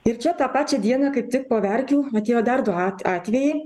ir čia tą pačią dieną kaip tik po verkių atėjo dar du at atvejai